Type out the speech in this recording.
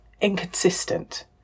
inconsistent